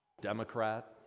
Democrat